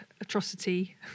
Atrocity